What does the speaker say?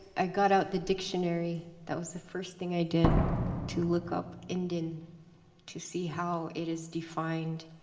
i got out the dictionary that was the first thing i did to look up indian to see how it is defined,